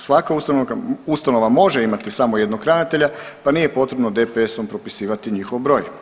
Svaka ustanova može imati samo jednog ravnatelja, pa nije potrebno DPS-om propisivati njihov broj.